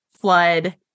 flood